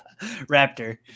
Raptor